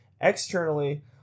externally